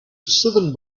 southern